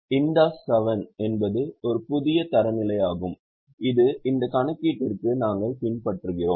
Ind AS 7 என்பது ஒரு புதிய தரநிலையாகும் இது இந்த கணக்கீட்டிற்கு நாங்கள் பின்பற்றுகிறோம்